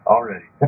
Already